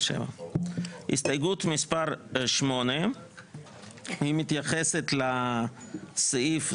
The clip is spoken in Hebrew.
על 7. הסתייגות מספר 8. היא מתייחסת לסעיף,